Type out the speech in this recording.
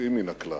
יוצאים מן הכלל,